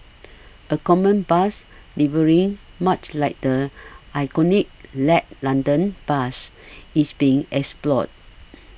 a common bus livery much like the iconic led London bus is being explored